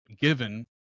given